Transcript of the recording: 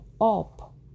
up